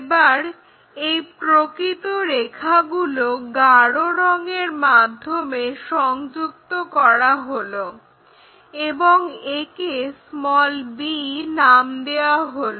এবার এই প্রকৃত রেখাগুলো গাঢ় রং এর মাধ্যমে সংযুক্ত করা হলো এবং একে b নাম দেওয়া হলো